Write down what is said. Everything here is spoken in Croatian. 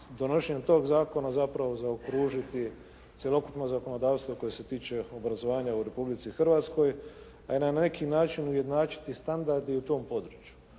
donošenjem tog zakona zapravo zaokružiti cjelokupno zakonodavstvo koje se tiče obrazovanja u Republici Hrvatske a i na neki način ujednačiti standarde i u tom području.